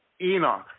Enoch